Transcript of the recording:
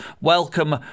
welcome